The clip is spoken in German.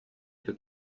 für